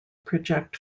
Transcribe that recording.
project